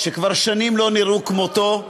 שכבר שנים לא נראו כמותו,